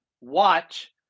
watch